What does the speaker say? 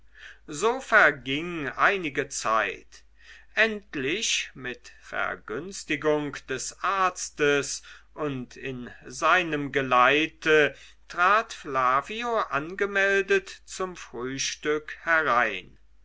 so verging einige zeit endlich mit vergünstigung des arztes und in seinem geleite trat flavio angemeldet zum frühstück herein